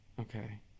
Okay